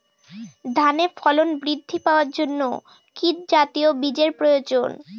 ধানে ফলন বৃদ্ধি পাওয়ার জন্য কি জাতীয় বীজের প্রয়োজন?